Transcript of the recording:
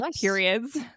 periods